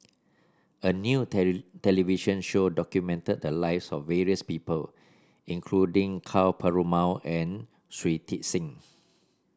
a new television show documented the lives of various people including Ka Perumal and Shui Tit Sing